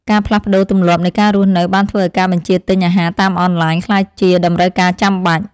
ការផ្លាស់ប្តូរទម្លាប់នៃការរស់នៅបានធ្វើឱ្យការបញ្ជាទិញអាហារតាមអនឡាញក្លាយជាតម្រូវការចាំបាច់។